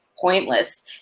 pointless